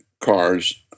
cars